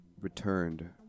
returned